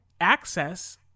access